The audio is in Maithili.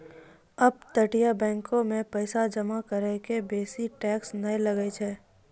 अपतटीय बैंको मे पैसा जमा करै के बेसी टैक्स नै लागै छै